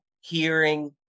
hearing